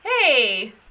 Hey